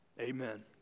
amen